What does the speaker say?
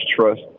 trust